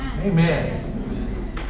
Amen